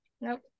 Nope